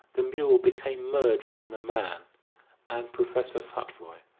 the mule became merged in the man and professor futvoye,